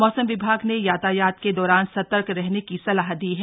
मौसम विभाग ने यातायात के दौरान सतर्क रहने की सलाह दी है